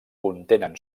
contenen